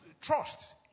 trust